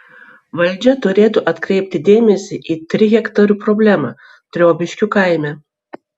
valdžia turėtų atkreipti dėmesį į trihektarių problemą triobiškių kaime